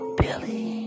billy